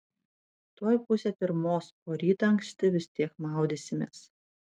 tuoj pusė pirmos o rytą anksti vis tiek maudysimės